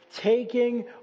taking